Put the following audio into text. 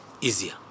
easier